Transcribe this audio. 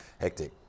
Hectic